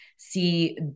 see